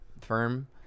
firm